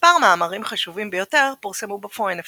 מספר מאמרים חשובים ביותר פורסמו ב"פוריין אפיירס",